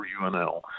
UNL